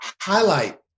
highlight